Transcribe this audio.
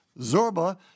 Zorba